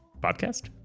Podcast